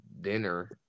dinner